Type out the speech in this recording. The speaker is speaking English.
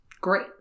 Great